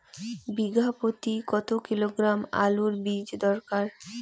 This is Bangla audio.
বিঘা প্রতি কত কিলোগ্রাম আলুর বীজ দরকার?